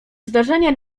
zdarzenie